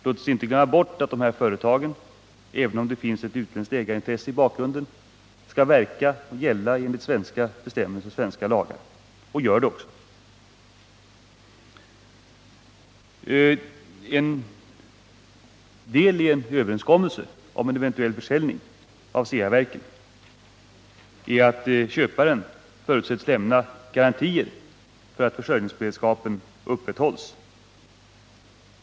Låt oss inte glömma bort att dessa företag — även om det finns ett utländskt ägarintresse i bakgrunden — skall verka enligt svenska lagar och bestämmelser och även gör det. I en överenskommelse om en eventuell försäljning av Ceaverken förutsätts köparen lämna garantier för att försörjningsberedskapen upprätthålls.